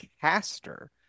caster